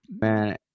man